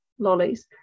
lollies